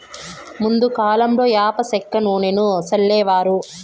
ముందు కాలంలో యాప సెక్క నూనెను సల్లేవారు